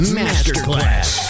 masterclass